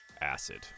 acid